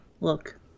Look